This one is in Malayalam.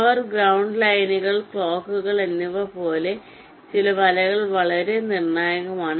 പവർ ഗ്രൌണ്ട് ലൈനുകൾ ക്ലോക്കുകൾ എന്നിവ പോലെ ചില വലകൾ വളരെ നിർണായകമാണ്